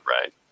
right